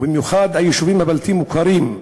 ובמיוחד ביישובים הבלתי-מוכרים,